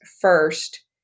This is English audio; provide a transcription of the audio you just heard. first